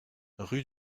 rue